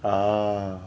ah